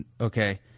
okay